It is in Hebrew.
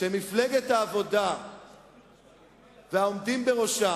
שמפלגת העבודה והעומדים בראשה,